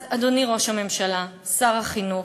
אז, אדוני ראש הממשלה, שר החינוך,